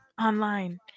online